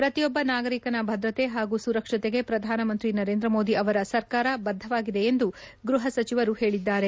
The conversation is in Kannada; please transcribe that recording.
ಪ್ರತಿಯೊಬ್ಬ ನಾಗರಿಕನ ಭದ್ರತೆ ಹಾಗೂ ಸುರಕ್ಷತೆಗೆ ಪ್ರಧಾನಮಂತ್ರಿ ನರೇಂದ್ರಮೋದಿ ಅವರ ಸರ್ಕಾರ ಬದ್ಗವಾಗಿದೆ ಎಂದು ಗ್ವಪ ಸಚಿವರು ಹೇಳಿದ್ಲಾರೆ